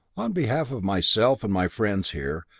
on behalf of myself and my friends here,